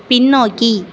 பின்னோக்கி